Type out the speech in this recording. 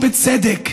ובצדק,